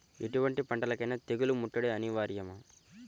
ఎటువంటి పంటలకైన తెగులు ముట్టడి అనివార్యమా?